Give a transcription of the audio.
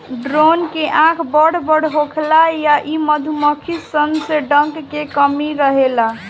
drone के आँख बड़ बड़ होखेला इ मधुमक्खी सन में डंक के कमी रहेला